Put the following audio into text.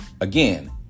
Again